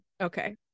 Okay